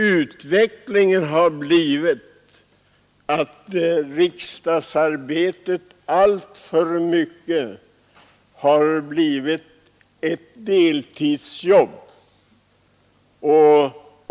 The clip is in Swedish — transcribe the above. Utvecklingen har gjort att riksdagsarbetet alltför mycket har blivit ett deltidsjobb.